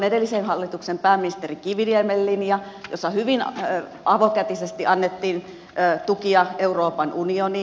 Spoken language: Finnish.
edellisen hallituksen pääministeri kiviniemen linja jossa hyvin avokätisesti annettiin tukia euroopan unioniin